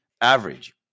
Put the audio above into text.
average